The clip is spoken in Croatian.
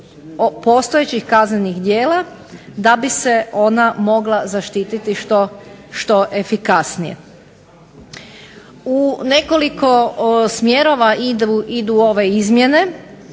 postojećih kaznenih djela da bi se ona mogla zaštiti što efikasnije. U nekoliko smjerova idu ove izmjene,